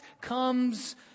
comes